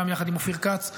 גם יחד עם אופיר כץ,